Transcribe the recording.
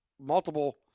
multiple